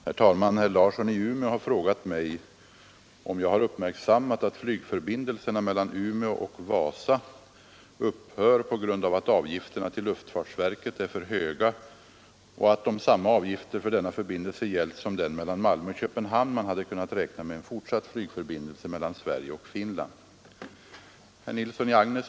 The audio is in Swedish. Herr talman! Herr Larsson i Umeå har frågat mig om jag har uppmärksammat, att flygförbindelserna mellan Umeå och Vasa upphör på grund av att avgifterna till luftfartsverket är för höga och att om samma avgifter för denna förbindelse gällt som för den mellan Malmö och Köpenhamn man hade kunnat räkna med en fortsatt flygförbindelse mellan Sverige och Finland.